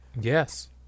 Yes